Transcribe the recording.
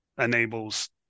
enables